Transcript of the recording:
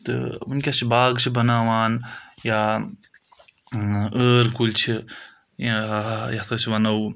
تہٕ وٕنکیٚس چھِ باغ چھِ بَناوان یا ٲل کُلۍ چھِ یَتھ أسۍ وَنو